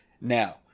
Now